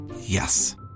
Yes